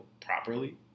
properly